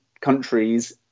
countries